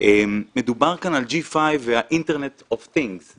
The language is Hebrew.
מוטי חרדים מ-HIT מדד